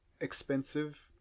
expensive